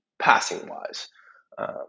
passing-wise